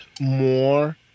more